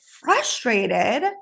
frustrated